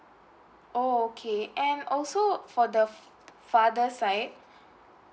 oh okay and also for the f~ father side